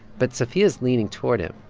but sophia's leaning toward him.